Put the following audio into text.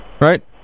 Right